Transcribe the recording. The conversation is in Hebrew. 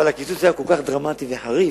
אבל הקיצוץ היה כל כך דרמטי וחריף,